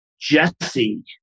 Jesse